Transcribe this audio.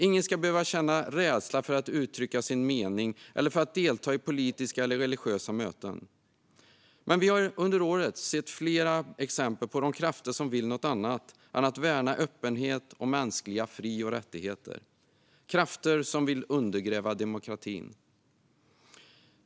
Ingen ska behöva känna rädsla för att uttrycka sin mening eller för att delta i politiska eller religiösa möten. Under året har vi dock sett flera exempel på de krafter som vill något annat än att värna öppenhet och mänskliga fri och rättigheter, krafter som vill undergräva demokratin.